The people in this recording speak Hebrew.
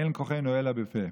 אין כוחנו אלא בפה.